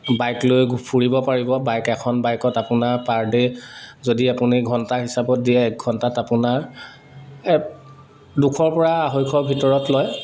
bike লৈ ফুৰিব পাৰিব বাইক এখন বাইকত আপোনাৰ পাৰ ডে' যদি আপুনি ঘণ্টা হিচাপত দিয়ে এক ঘণ্টাত আপোনাৰ দুশ পৰা আঢ়ৈশ ভিতৰত লয়